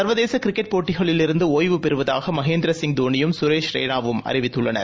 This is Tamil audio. சர்வதேசகிரிக்கெட் போட்டிகளிலிருந்துடுய்வு பெறுவதாகமகேந்திரசிங் தோனியும் சுரேஷ் ரெய்னாவும் அறிவித்துள்ளனர்